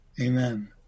Amen